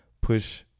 push